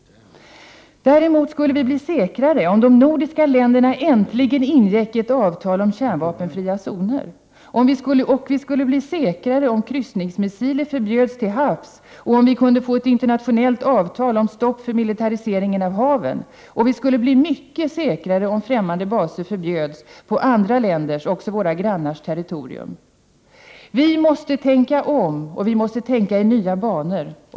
Däremot skulle vi bli säkrare om de nordiska länderna äntligen ingick avtal om kärnvapenfria zoner. Vi skulle också bli säkrare om kryssningsmissiler förbjöds till havs och om vi kunde få ett internationellt avtal om stopp för militarisering av haven. Vi skulle bli mycket säkrare om främmande baser förbjöds på andra länders, även våra grannars, territorium. Vi måste tänka om, och vi måste tänka i nya banor.